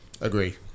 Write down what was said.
Agree